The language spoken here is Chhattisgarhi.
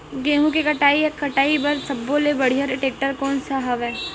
गेहूं के कटाई या कटाई बर सब्बो ले बढ़िया टेक्टर कोन सा हवय?